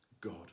God